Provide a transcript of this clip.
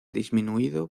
disminuido